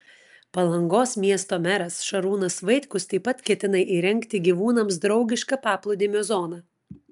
palangos miesto meras šarūnas vaitkus taip pat ketina įrengti gyvūnams draugišką paplūdimio zoną